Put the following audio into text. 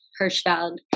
Hirschfeld